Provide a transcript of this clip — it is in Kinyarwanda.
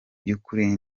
by’ukuri